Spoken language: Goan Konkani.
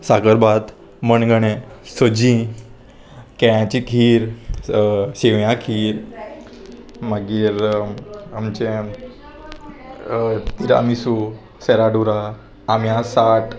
साकरबात मणगणें सजी केळ्यांची खीर शेवयां खीर मागीर आमचें तिरामिसू सेराडुरा आम्या साठ